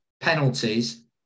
Penalties